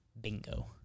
Bingo